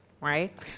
Right